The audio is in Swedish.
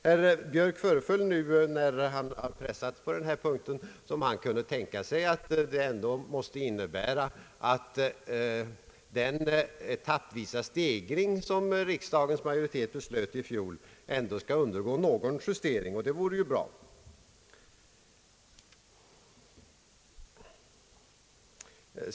Herr Björk föreföll nu, när han har pressats på denna punkt, som om han kunde tänka sig att det ändå måste innebära att den etappvisa stegring som riksdagens majoritet beslöt i fjol kan undergå någon justering, och det vore ju bra.